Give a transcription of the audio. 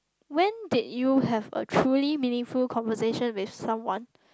when did you have a truly meaningful conversation with someone